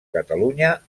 catalunya